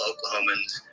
Oklahomans